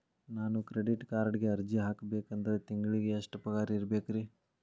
ನಾನು ಕ್ರೆಡಿಟ್ ಕಾರ್ಡ್ಗೆ ಅರ್ಜಿ ಹಾಕ್ಬೇಕಂದ್ರ ತಿಂಗಳಿಗೆ ಎಷ್ಟ ಪಗಾರ್ ಇರ್ಬೆಕ್ರಿ?